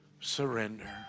surrender